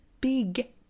big